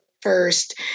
First